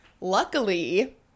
luckily